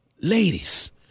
ladies